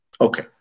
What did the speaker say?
okay